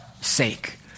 sake